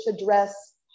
address